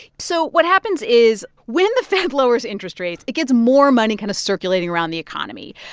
so what happens is when the fed lowers interest rates, it gets more money kind of circulating around the economy.